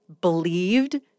believed